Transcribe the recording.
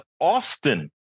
Austin